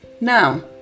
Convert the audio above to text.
now